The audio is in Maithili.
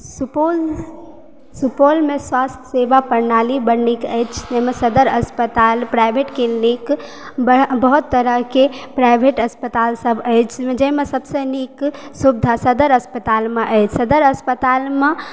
सुपौल सुपौलमे स्वास्थ्य सेवा प्रणाली बड़ नीक अछि जाहिमे सदर हस्पताल प्राइवट के नीक बहुत तरह के प्राइवट हस्पताल सब अछि जाहिमे सबसे नीक सुविधा सदर हस्पतालमे अछि सदर हस्पतालमे